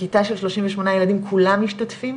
בכיתה של 38 ילדים כולם משתתפים?